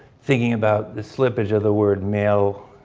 thinking about the slippage of the word mail